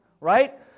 right